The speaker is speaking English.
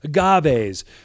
agaves